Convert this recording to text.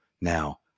now